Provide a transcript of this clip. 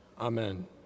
Amen